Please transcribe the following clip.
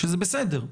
זה בסדר,